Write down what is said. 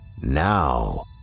Now